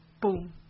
boom